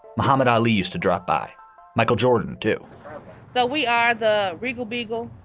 muhammad ali used to drop by michael jordan, too so we are the regal beagle.